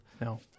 no